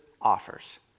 offers